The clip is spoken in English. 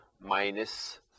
minus